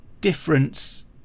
difference